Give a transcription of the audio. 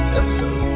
episode